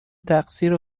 تقصیر